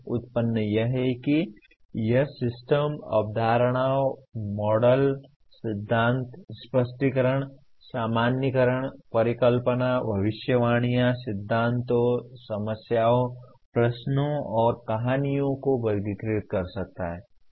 उत्पन्न यह है कि यह सिस्टम अवधारणाओं मॉडलों सिद्धांतों स्पष्टीकरण सामान्यीकरण परिकल्पना भविष्यवाणियों सिद्धांतों समस्याओं प्रश्नों और कहानियों को वर्गीकृत कर सकता है